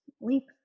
leap